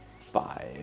five